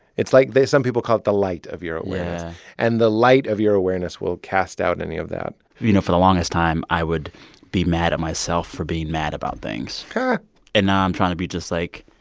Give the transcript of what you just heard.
it's like they some people call it the light of your awareness yeah and the light of your awareness will cast out any of that you know, for the longest time, i would be mad at myself for being mad about things ha and now i'm trying to be just like,